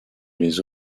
les